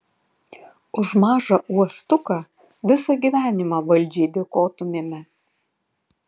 už mažą uostuką visą gyvenimą valdžiai dėkotumėme